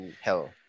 hell